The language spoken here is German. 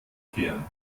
kehren